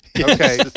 Okay